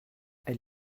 elle